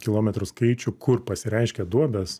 kilometrų skaičių kur pasireiškia duobės